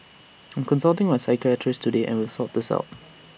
I'm consulting my psychiatrist today and will sort the out